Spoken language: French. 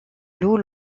lou